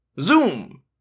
Zoom